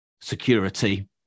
security